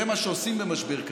זה מה שעושים במשבר כזה,